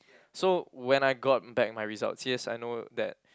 so when I got back my result serious I know that